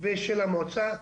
ושל המועצה,